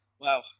Wow